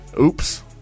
oops